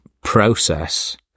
process